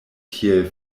tiel